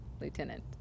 Lieutenant